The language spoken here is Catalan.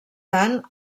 tant